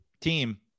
team